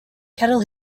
kettle